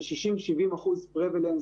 ל-60%-70% prevalence,